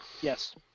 Yes